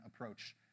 approach